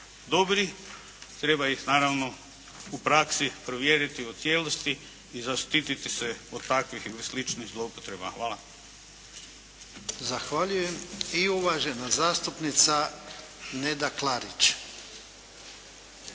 dobri, treba ih naravno u praksi provjeriti u cijelosti i zaštititi se od takvih ili sličnih zloupotreba. Hvala. **Jarnjak, Ivan (HDZ)** Zahvaljujem. I uvažena zastupnica Neda Klarić.